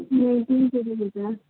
نہیں تین سو رو ہو گ